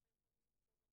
כן.